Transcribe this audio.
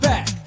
Back